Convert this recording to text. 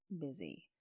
busy